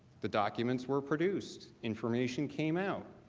the documents were produced, information came out,